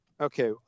Okay